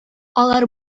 алар